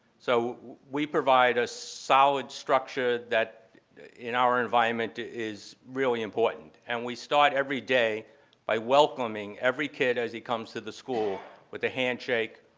so we provide a solid structure that in our environment is really important. and we start every day by welcoming every kid as he comes to the school with a handshake,